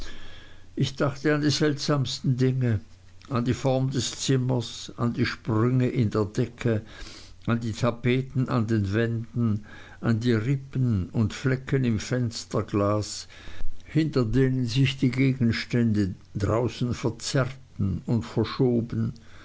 ich dachte an die seltsamsten dinge an die form des zimmers an die sprünge in der decke an die tapeten an den wänden an die rippen und flecken im fensterglas hinter denen sich die gegenstände draußen verzerrten und verschoben